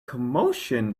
commotion